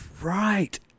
right